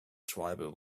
tribal